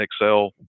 Excel